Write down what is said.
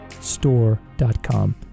store.com